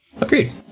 Agreed